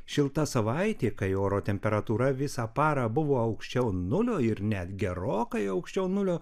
šilta savaitė kai oro temperatūra visą parą buvo aukščiau nulio ir net gerokai aukščiau nulio